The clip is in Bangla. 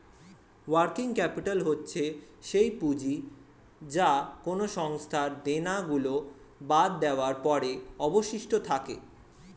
ওয়ার্কিং ক্যাপিটাল হচ্ছে সেই পুঁজি যা কোনো সংস্থার দেনা গুলো বাদ দেওয়ার পরে অবশিষ্ট থাকে